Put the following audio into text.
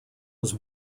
was